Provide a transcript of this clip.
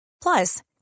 Plus